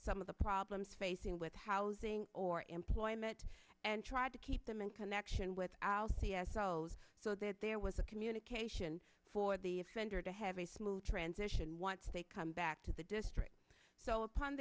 some of the problems facing with housing or employment and try to keep them in connection with our c f cells so that there was a communication for the offender to have a smooth transition once they come back to the district so upon